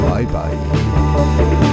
Bye-bye